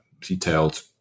detailed